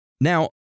Now